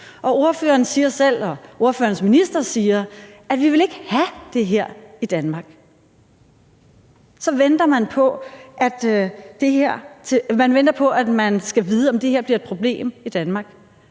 Ordføreren selv og ministeren siger, at de ikke vil have det her i Danmark. Så venter man på, om det her bliver et problem i Danmark.